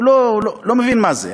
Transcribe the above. הוא לא מבין מה זה.